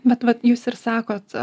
bet vat jūs ir sakot